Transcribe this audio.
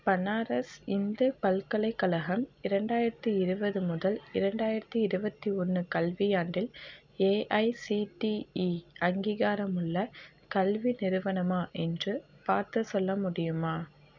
பனாரஸ் இந்து பல்கலைக்கழகம் இரண்டாயிரத்தி இருபது முதல் இரண்டாயிரத்தி இருபத்தி ஒன்று கல்வியாண்டில் ஏஐசிடிஇ அங்கீகாரமுள்ள கல்வி நிறுவனமா என்று பார்த்துச் சொல்ல முடியுமா